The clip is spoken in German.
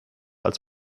als